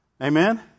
Amen